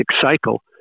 cycle